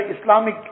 Islamic